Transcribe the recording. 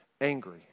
angry